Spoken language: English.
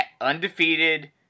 Undefeated